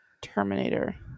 Terminator